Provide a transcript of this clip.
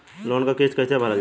Loan क किस्त कैसे भरल जाए?